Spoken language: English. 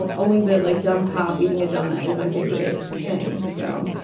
but only the like dumb cop eating a donut is my favorite thing, so,